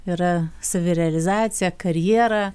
yra savirealizacija karjera